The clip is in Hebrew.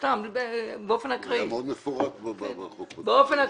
סתם, באופן אקראי.